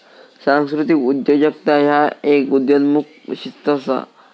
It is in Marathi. सांस्कृतिक उद्योजकता ह्य एक उदयोन्मुख शिस्त असा